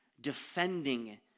Defending